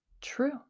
true